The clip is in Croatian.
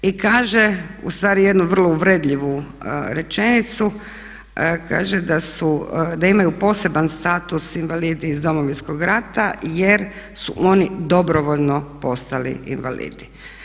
I kaže ustvari jednu vrlo uvredljivu rečenicu, kaže da imaju poseban status invalidi iz Domovinskog rata jer su oni dobrovoljno postali invalidi.